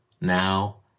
now